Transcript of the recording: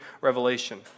revelation